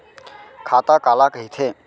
खाता काला कहिथे?